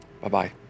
Bye-bye